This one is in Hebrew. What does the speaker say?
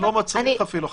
זה לא מצריך אפילו חקיקה.